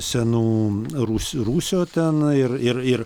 senų rūs rūsio ten ir ir ir